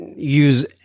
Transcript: Use